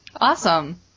Awesome